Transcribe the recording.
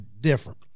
different